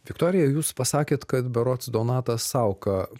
viktorija jūs pasakėt kad berods donatas sauka